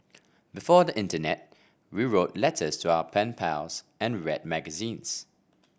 before the internet we wrote letters to our pen pals and read magazines